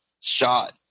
shot